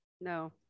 No